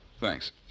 Thanks